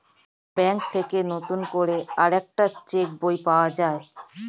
bank থেকে নতুন করে আরেকটা চেক বই পাওয়া যায়